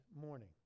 morning